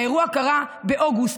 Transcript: האירוע קרה באוגוסט,